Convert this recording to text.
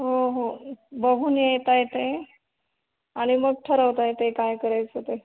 हो हो बघून येता येते आणि मग ठरवता येत काय करायचं ते